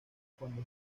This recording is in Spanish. cuando